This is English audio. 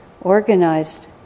organized